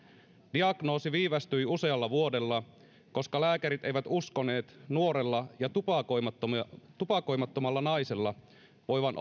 diagnoosi viivästyi usealla vuodella koska lääkärit eivät uskoneet nuorella ja tupakoimattomalla tupakoimattomalla naisella voivan